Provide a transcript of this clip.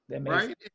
Right